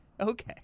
Okay